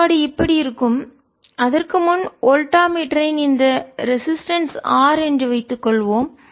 சமன்பாடு இப்படி இருக்கும் அதற்கு முன் வோல்டா மீட்டரின் இந்த ரெசிஸ்டன்ஸ் எதிர்ப்பு R என்று வைத்துக் கொள்வோம்